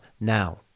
now